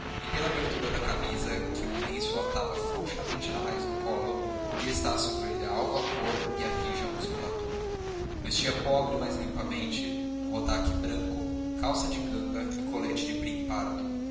e pela abertura da camisa que um lenço atava frouxamente na raiz do colo podia estácio ver-lhe a alva cor e a rija musculatura vestia pobre mas limpamente um rodaque branco calça de ganga e colete de